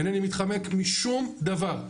אינני מתחמק משום דבר.